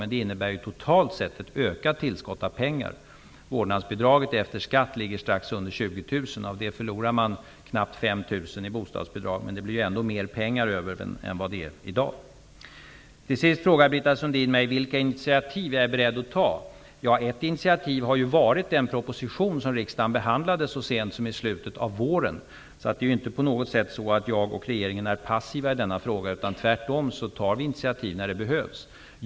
Men det medför totalt sett ett ökat tillskott av pengar. Vårdnadsbidraget efter skatt är litet mindre än 20 000 kr. Av den summan förlorar man knappt 5 000 kr i bostadsbidrag, men det blir ändå mer pengar över än vad det är i dag. Till sist frågade Britta Sundin mig vilka initiativ jag är beredd att ta. Ett initiativ har varit den proposition som riksdagen behandlade så sent som i slutet av våren. Det är inte på något sätt så att jag och regeringen förhåller oss passiva i denna fråga. Tvärtom tar vi initiativ när det behövs.